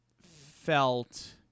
felt